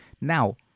Now